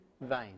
vain